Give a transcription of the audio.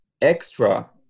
extra